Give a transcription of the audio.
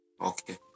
Okay